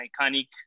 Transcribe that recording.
iconic